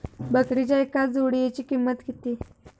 बकरीच्या एका जोडयेची किंमत किती?